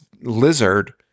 Lizard